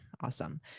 Awesome